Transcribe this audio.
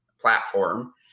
platform